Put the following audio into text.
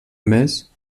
més